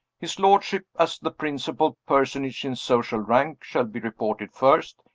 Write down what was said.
his lordship, as the principal personage in social rank, shall be reported first.